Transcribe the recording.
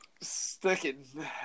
Sticking